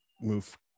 move